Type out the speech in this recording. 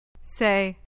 Say